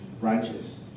righteous